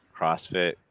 crossfit